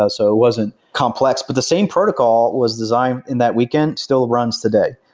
ah so it wasn't complex, but the same protocol was designed in that weekend still runs today.